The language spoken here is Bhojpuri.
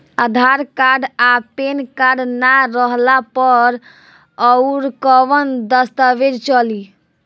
आधार कार्ड आ पेन कार्ड ना रहला पर अउरकवन दस्तावेज चली?